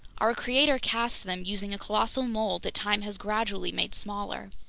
our creator cast them using a colossal mold that time has gradually made smaller.